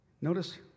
Notice